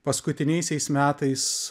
paskutiniaisiais metais